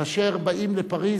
כאשר באים לפריס,